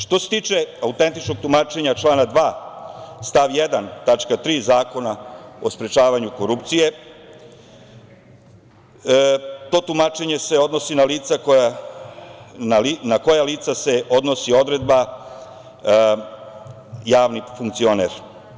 Što se tiče autentičnog tumačenja člana 2. stav 1. tačka 3. Zakona o sprečavanju korupcije, to tumačenje se odnosi na lica na koje se odnosi odredba javni funkcionere.